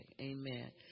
Amen